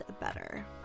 better